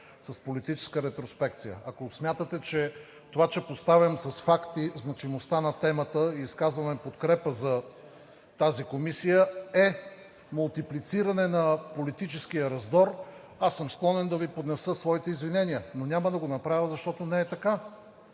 с политическа ретроспекция, ако смятате, че това, че поставям с факти значимостта на темата и изказваме подкрепа за тази комисия, е мултиплициране на политическия раздор, аз съм склонен да Ви поднеса своите извинения, но няма да го направя, защото не е така.